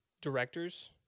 directors